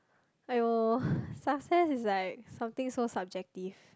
!aiyo! success is like something so subjective